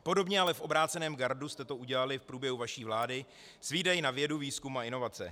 Podobně, ale v obráceném gardu jste to udělali v průběhu vaší vlády s výdaji na vědu, výzkum a inovace.